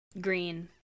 green